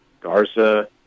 Garza